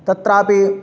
तत्रापि